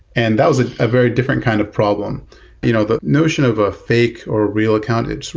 and that was ah a very different kind of problem you know the notion of a fake or real accountant,